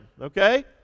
okay